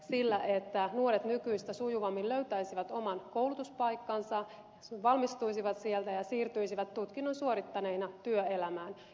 sillä että nuoret nykyistä sujuvammin löytäisivät oman koulutuspaikkansa valmistuisivat sieltä ja siirtyisivät tutkinnon suorittaneina työelämään